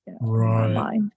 Right